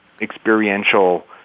experiential